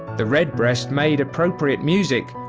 the red breast made appropriate music,